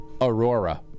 Aurora